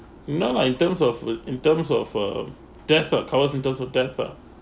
no lah in terms of wait in terms of uh death ah covers in terms of death lah